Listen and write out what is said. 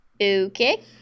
Okay